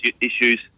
issues